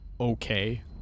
okay